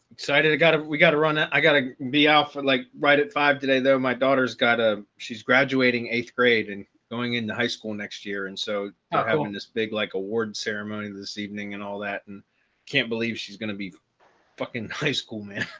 excited. i gotta we gotta run it. i gotta be out for like, right at five today, though. my daughter's got a she's graduating eighth grade and going into high school next year. and so i want this big, like award ceremony this evening and all that and can't believe she's gonna be fucking high school man.